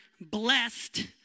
blessed